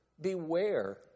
beware